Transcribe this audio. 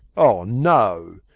oh no!